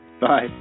Bye